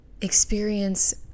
experience